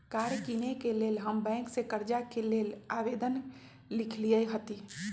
कार किनेके लेल हम बैंक से कर्जा के लेल आवेदन लिखलेए हती